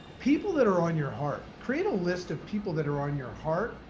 people that are on your heart, create a list of people that are on your heart,